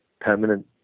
permanent